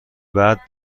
بعد